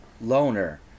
Loner